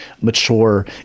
mature